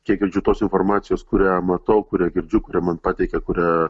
kiek girdžiu tos informacijos kurią matau kurią girdžiu kurią man pateikia kurią